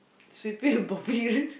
sweeping~ and mopping